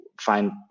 find